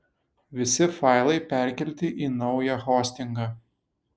visi failai perkelti į naują hostingą